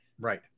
Right